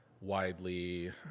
widely